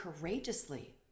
courageously